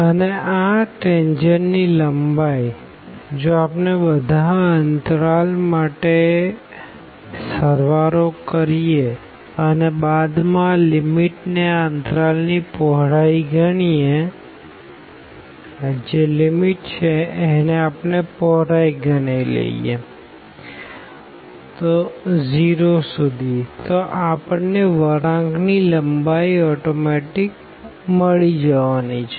અને આ ટેનજેન્ટ ની લંબાઈજો આપણે બધા અંતરાલ માટે સળવાળો કરીએ અને બાદ માં આ લીમીટ ને આ અંતરાલ ની પોહ્રાઈ ગણીએ 0 સુધી તો આપણ ને વળાંક ની લંબાઈ મળી જશે